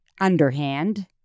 underhand